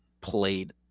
played